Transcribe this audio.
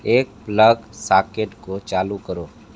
एक plug socket को चालू करो